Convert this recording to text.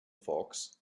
fox